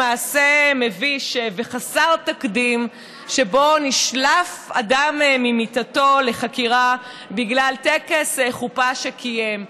מעשה מביש וחסר תקדים שבו נשלף אדם ממיטתו לחקירה בגלל טקס חופה שקיים.